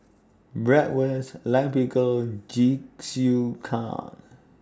Bratwurst Lime Pickle Jingisukan